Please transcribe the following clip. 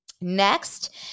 Next